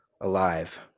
alive